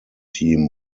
team